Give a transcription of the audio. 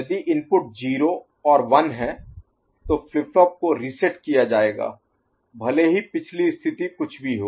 यदि इनपुट 0 और 1 हैं तो फ्लिप फ्लॉप को रीसेट किया जाएगा भले ही पिछली स्थिति कुछ भी हो